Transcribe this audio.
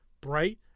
bright